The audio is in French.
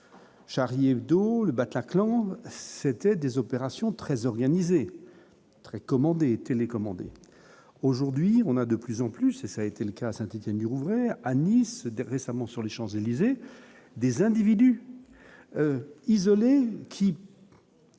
Charlie-Hebdo le Bataclan, c'était des opérations très organisé, très commandé aujourd'hui, on a de plus en plus et ça a été le cas à Saint-Étienne-du-Rouvray à Nice des récemment sur les Champs-Élysées, des individus isolés qui